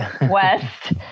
west